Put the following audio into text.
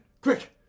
quick